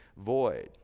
void